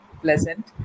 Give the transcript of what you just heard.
pleasant